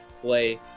play